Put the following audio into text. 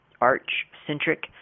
Arch-centric